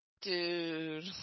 Dude